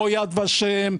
לא יד ושם,